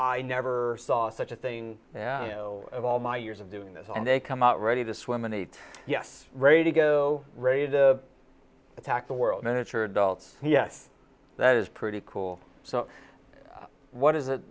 i never saw such a thing yeah you know of all my years of doing this and they come out ready to swim in the yes ready to go re the attack the world miniature adults yes that is pretty cool so what is it